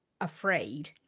afraid